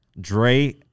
Dre